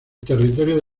territorio